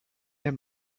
est